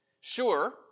Sure